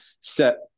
set